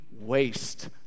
waste